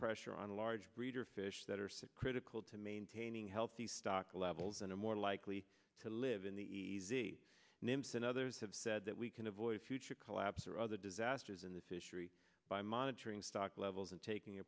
pressure on a large breeder fish that are so critical to maintaining healthy stock levels and are more likely to live in the easy names and others have said that we can avoid future collapse or other disasters in the fishery by monitoring stock levels and taking